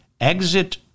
Exit